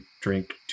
drink